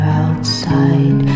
outside